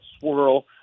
swirl